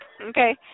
Okay